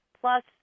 plus